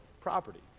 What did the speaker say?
property